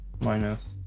minus